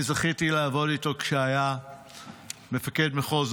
אני זכיתי לעבוד איתו כשהיה מפקד מחוז,